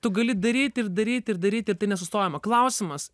tu gali daryt ir daryt ir daryt ir tai nesustojama klausimas